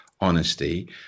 honesty